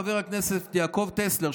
חבר הכנסת יעקב טסלר,